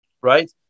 right